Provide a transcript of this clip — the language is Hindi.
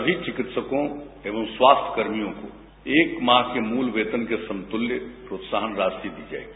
सभी चिकित्सकों एवं स्वास्थ्यकर्मियों एक माह के मूल वेतन के समतुल्य प्रोत्साहन राशि दी जायेगी